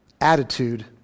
attitude